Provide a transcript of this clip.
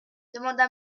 demanda